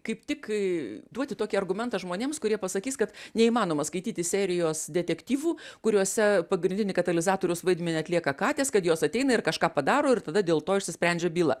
kaip tik duoti tokį argumentą žmonėms kurie pasakys kad neįmanoma skaityti serijos detektyvų kuriuose pagrindinį katalizatoriaus vaidmenį atlieka katės kad jos ateina ir kažką padaro ir tada dėl to išsisprendžia byla